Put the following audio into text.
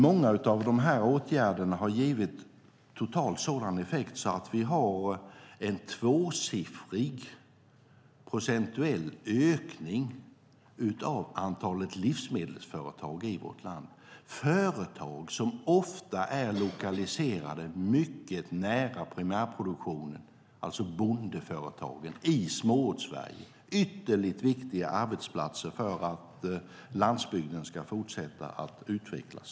Många av dessa åtgärder har givit sådan effekt totalt att vi har en tvåsiffrig procentuell ökning av antalet livsmedelsföretag i vårt land. Det är företag som ofta är lokaliserade mycket nära primärproduktionen, alltså bondeföretagen i Småortssverige. Det är ytterligt viktiga arbetsplatser för att landsbygden ska fortsätta att utvecklas.